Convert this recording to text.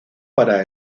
para